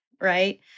right